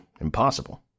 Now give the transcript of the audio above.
impossible